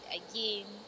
again